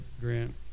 Grant